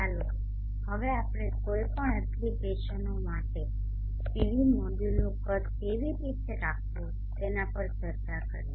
ચાલો હવે આપેલ કોઈપણ એપ્લિકેશનો માટે PV મોડ્યુલોનું કદ કેવી રીતે રાખવું તેના પર ચર્ચા કરીએ